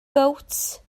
gowt